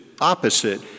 opposite